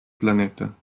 planeta